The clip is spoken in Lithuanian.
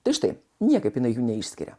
tai štai niekaip jinai jų neišskiria